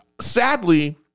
sadly